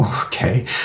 Okay